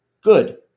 Good